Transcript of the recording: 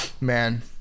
man